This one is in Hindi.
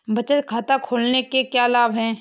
बचत खाता खोलने के क्या लाभ हैं?